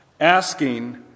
asking